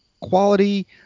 quality